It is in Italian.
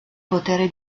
potere